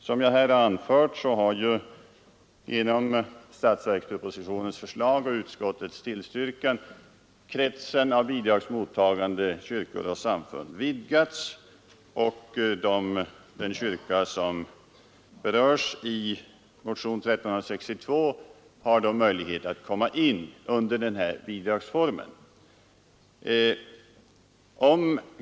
Som jag här har anfört har ju genom statsverkspropositionens förslag och utskottets tillstyrkan kretsen av bidragsmottagande kyrkor och samfund vidgats, och de kyrkor som berörs i motionen 1362 har därigenom möjlighet att komma in under den här bidragsformen.